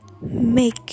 make